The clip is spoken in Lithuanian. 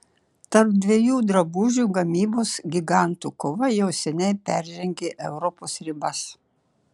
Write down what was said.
tad dviejų drabužių gamybos gigantų kova jau seniai peržengė europos ribas